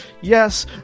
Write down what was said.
Yes